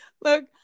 look